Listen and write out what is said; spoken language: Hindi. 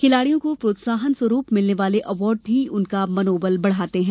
खिलाड़ियों को प्रोत्साहन स्वरुप मिलने वाले अवार्ड ही उनका मनोबल बढ़ाते हैं